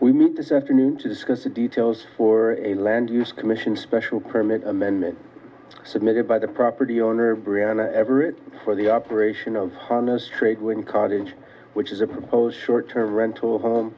we meet this afternoon to discuss the details for a land use commission special permit amendment submitted by the property owner brianna everett for the operation of harness triggering cottage which is a proposed short term rental